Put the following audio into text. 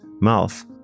mouth